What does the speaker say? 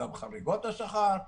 גם לחריגות השכר,